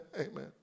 Amen